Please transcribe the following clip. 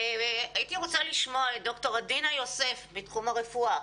הייתי רוצה לשמוע את דוקטור עדינה יוסף מתחום הרפואה.